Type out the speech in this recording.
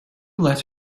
let